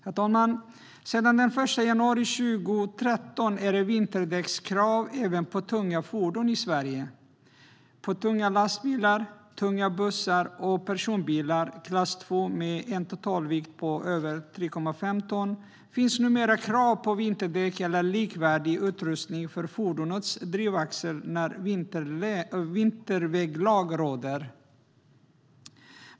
Herr talman! Sedan den 1 januari 2013 är det krav på vinterdäck även på tunga fordon i Sverige. På tunga lastbilar, tunga bussar och personbilar klass 2 med en totalvikt på över 3,5 ton finns det numera krav på vinterdäck eller likvärdig utrustning på fordonets drivaxel när vinterväglag råder.